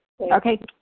Okay